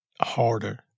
harder